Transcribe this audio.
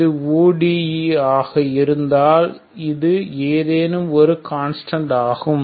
இது ODE ஆக இருந்தால் இது ஏதேனும் ஒரு கான்ஸ்டன்ட் ஆகும்